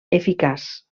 eficaç